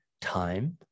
time